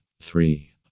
three